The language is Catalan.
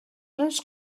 les